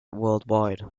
worldwide